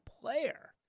player